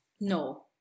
No